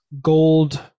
gold